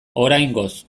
oraingoz